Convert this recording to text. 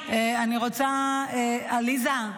עליזה,